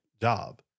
job